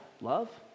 love